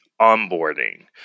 onboarding